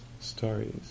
stories